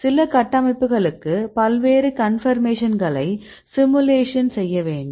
சில கட்டமைப்புகளுக்கு பல்வேறு கன்பர்மேஷன்களை சிமுலேஷன் செய்ய வேண்டும்